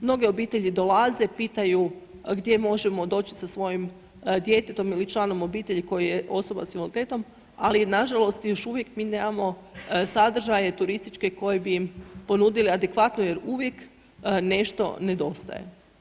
Mnoge obitelji dolaze, pitaju gdje možemo doći sa svojim djetetom ili članom obitelji koje je osoba s invaliditetom, ali nažalost, još uvijek mi nemamo sadržaje turističke koje bi im ponudili adekvatno jer uvijek nešto nedostaje.